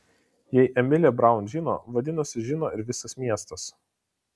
jei emilė braun žino vadinasi žino ir visas miestas